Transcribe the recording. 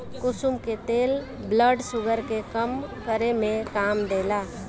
कुसुम के तेल blood sugar के कम करे में काम देला